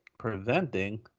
preventing